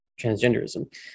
transgenderism